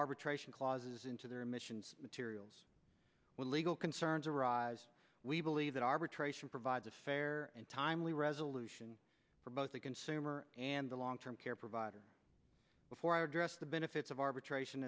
arbitration clauses into their emissions materials when legal concerns arise we believe that arbitration provides a fair and timely resolution for both a consumer and a long term care provider before i address the benefits of arbitration